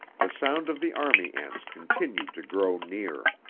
the sound of the army ants continued to grow near.